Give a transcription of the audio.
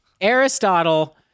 Aristotle